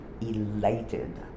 elated